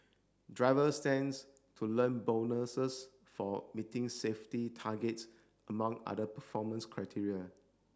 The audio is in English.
driver stands to learn bonuses for meeting safety targets among other performance criteria